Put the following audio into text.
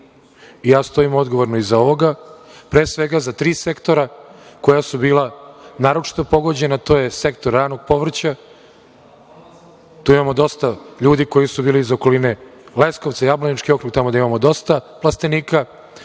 Ja stojim odgovorno iza ovoga, pre svega, za tri sektora koja su bila naročito pogođena. Prvi je sektor ranog povrća. Tu imamo dosta ljudi koji su bili iz okoline Leskovca, Jablanički okrug, tamo gde imamo dosta plastenika,